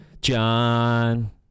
john